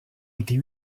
été